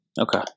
Okay